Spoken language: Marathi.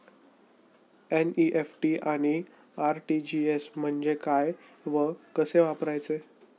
एन.इ.एफ.टी आणि आर.टी.जी.एस म्हणजे काय व कसे वापरायचे?